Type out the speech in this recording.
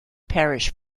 parish